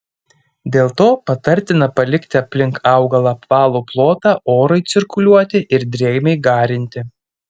dėl to patartina palikti aplink augalą apvalų plotą orui cirkuliuoti ir drėgmei garinti